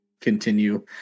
continue